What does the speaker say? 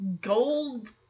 gold